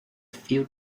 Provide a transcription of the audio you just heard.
few